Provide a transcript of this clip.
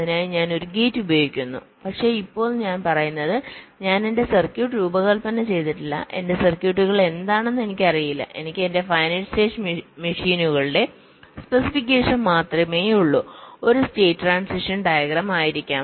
അതിനായി ഞാൻ ഒരു ഗേറ്റ് ഉപയോഗിക്കുന്നു പക്ഷേ ഇപ്പോൾ ഞാൻ പറയുന്നത് ഞാൻ എന്റെ സർക്യൂട്ട് രൂപകൽപ്പന ചെയ്തിട്ടില്ല എന്റെ സർക്യൂട്ടുകൾ എന്താണെന്ന് എനിക്കറിയില്ല എനിക്ക് എന്റെ ഫൈനൈറ്റ് സ്റ്റേറ്റ് മെഷീനുകളുടെ സ്പെസിഫിക്കേഷൻ മാത്രമേയുള്ളൂ ഒരു സ്റ്റേറ്റ് ട്രാൻസിഷൻ ഡയഗ്രം ആയിരിക്കാം